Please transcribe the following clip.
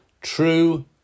true